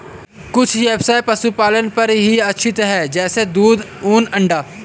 कुछ ब्यवसाय पशुपालन पर ही आश्रित है जैसे दूध, ऊन, अंडा